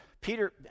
Peter